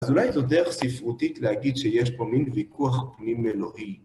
אז אולי זו דרך ספרותית להגיד שיש פה מין ויכוח פנים-אלוהי.